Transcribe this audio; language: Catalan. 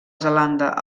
zelanda